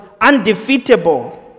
undefeatable